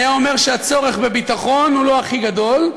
הוא היה אומר שהצורך בביטחון הוא לא הכי גדול,